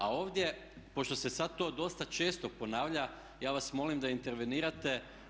A ovdje, pošto se sad to dosta često ponavlja, ja vas molim da intervenirate.